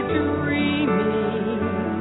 dreaming